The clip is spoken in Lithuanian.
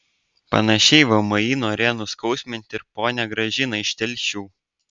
panašiai vmi norėjo nuskausminti ir ponią gražiną iš telšių